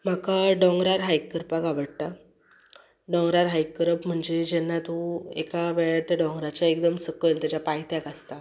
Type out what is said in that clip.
म्हाका डोंगरार हायक करपाक आवडटा डोंगरार हायक करप म्हणजे जेन्ना तूं एका वेळार त्या दोंगराच्या एकदम सकयल ताच्या पायथ्याक आसता